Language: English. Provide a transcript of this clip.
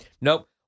nope